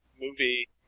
movie